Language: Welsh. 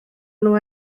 nhw